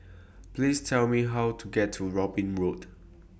Please Tell Me How to get to Robin Road